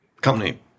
company